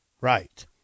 Right